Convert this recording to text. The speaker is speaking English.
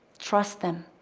trust them.